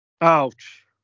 ouch